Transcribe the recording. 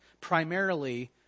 primarily